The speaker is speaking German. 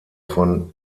von